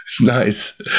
Nice